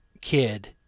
kid